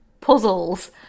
puzzles